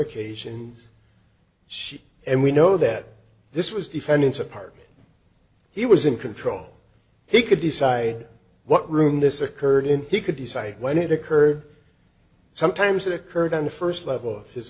occasions she and we know that this was defendant's apartment he was in control he could decide what room this occurred in he could decide when it occurred sometimes it occurred on the first level of his